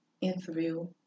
interview